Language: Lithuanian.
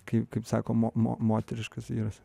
kai kaip sakoma mo mo moteriškas vyras